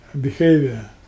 behavior